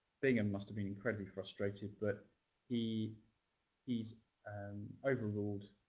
bingham must have been incredibly frustrated. but he is overruled.